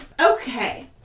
Okay